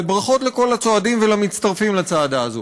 וברכות לכל הצועדים ולמצטרפים לצעדה הזאת.